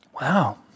Wow